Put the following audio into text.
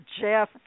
Jeff